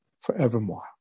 forevermore